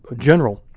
ah general.